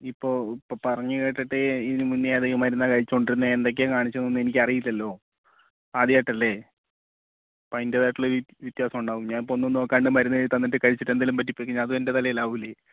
ഇപ്പം പറഞ്ഞു കേട്ടിട്ട് ഇതിനു മുന്നെ അത് ഏത് മരുന്നാണ് കഴിച്ചു കൊണ്ടിരുന്നത് എന്തൊക്കെയാണ് കാണിച്ചതെന്നൊന്നും എനിക്ക് അറിയില്ലല്ലോ ആദ്യമായിട്ടല്ലേ അപ്പം അതിയിൻ്റേതായിട്ടുള്ള വ്യത്യാസം ഉണ്ടാവും ഞാൻ അപ്പം ഒന്നും നോക്കാതെ മരുന്ന് എഴുതി തന്നിട്ട് കഴിച്ചിട്ട് എന്തെങ്കിലും പറ്റിപ്പോയിക്കഴിഞ്ഞാൽ അതും എൻ്റെ തലയിലാവില്ലേ